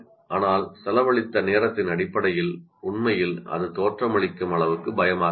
ஆனால் செலவழித்த நேரத்தின் அடிப்படையில் உண்மையில் அது தோற்றமளிக்கும் அளவுக்கு பயமாக இல்லை